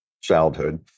childhood